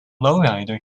lowrider